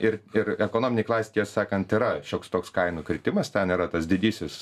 ir ir ekonominei klasei tiesą sakant yra šioks toks kainų kritimas ten yra tas didysis